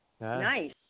Nice